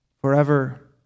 forever